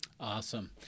Awesome